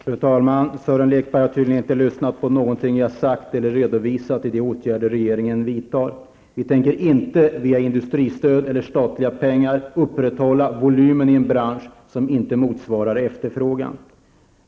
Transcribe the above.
Fru talman! Sören Lekberg har tydligen inte lyssnat på någonting av det jag har sagt eller redovisat om de åtgärder som regeringen vidtar. Vi tänker inte via industristöd eller statliga pengar upprätthålla volymen i en bransch som inte motsvarar efterfrågan.